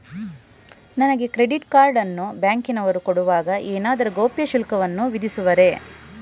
ನನಗೆ credit card ಅನ್ನು ಬ್ಯಾಂಕಿನವರು ಕೊಡುವಾಗ ಏನಾದರೂ ಗೌಪ್ಯ ಶುಲ್ಕವನ್ನು ವಿಧಿಸುವರೇ?